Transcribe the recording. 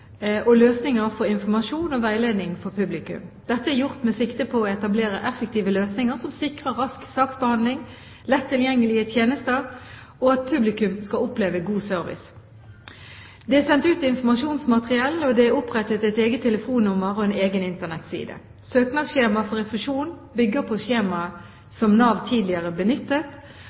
og løsninger for informasjon og veiledning for publikum. Dette er gjort med sikte på å etablere effektive løsninger som sikrer rask saksbehandling, lett tilgjengelige tjenester og at publikum opplever god service. Det er sendt ut informasjonsmateriell, og det er opprettet et eget telefonnummer og en egen Internett-side. Søknadsskjemaet for refusjon bygger på skjemaet som Nav tidligere benyttet.